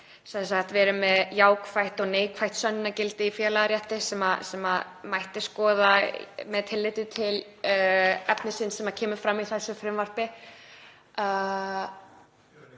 við erum með jákvætt og neikvætt sönnunargildi í félagarétti sem mætti skoða með tilliti til efnisins sem kemur fram í þessu frumvarpi.